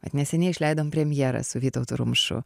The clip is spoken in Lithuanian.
vat neseniai išleidom premjerą su vytautu rumšu